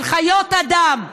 של חיות אדם,